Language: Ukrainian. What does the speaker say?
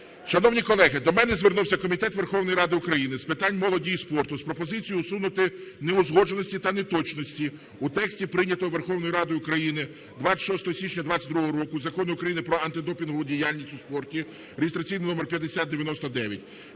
Шановні колеги, до мене звернувся Комітет Верховної Ради України з питань молоді і спорту з пропозицією усунути неузгодженості та неточності у тексті прийнятого Верховною Радою України 26 січня 2022 року Закону України "Про антидопінгову діяльність у спорті" (реєстраційний номер 5099).